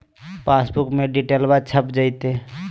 पासबुका में डिटेल्बा छप जयते?